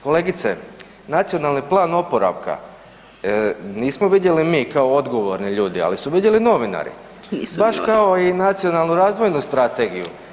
Kolegice Nacionalni plan oporavka nismo vidjeli mi kao odgovorni ljudi, ali su vidjeli novinari baš kao i Nacionalnu razvojnu strategiju.